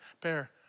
bear